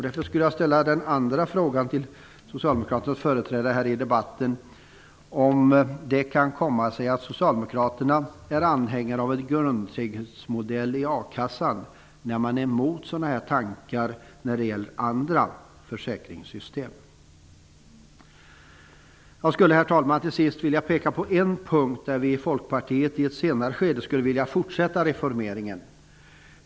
Därför vill jag ställa den andra frågan till socialdemokraternas företrädare här i debatten: Hur kan det komma sig att socialdemokraterna är anhängare av en grundtrygghetsmodell i a-kassan när man är emot sådana tankar när det gäller andra försäkringssystem? Jag skulle, herr talman, till sist vilja peka på en punkt där vi i Folkpartiet i ett senare skede skulle vilja fortsätta reformeringen.